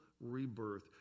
rebirth